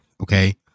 okay